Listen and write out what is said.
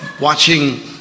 watching